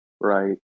Right